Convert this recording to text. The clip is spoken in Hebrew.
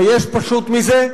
היש פשוט מזה?